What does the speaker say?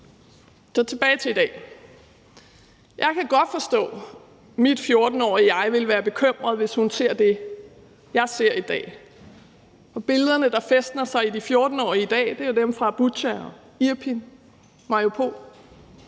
Så tilbage til i dag. Jeg kan godt forstå, at mit 14-årige jeg ville være bekymret, hvis hun ser det, jeg ser i dag, for billederne, der fæstner sig i de 14-årige i dag, er jo dem fra Butja, Irpin og Mariupol.